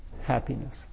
happiness